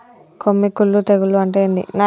కొమ్మి కుల్లు తెగులు అంటే ఏంది?